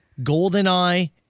GoldenEye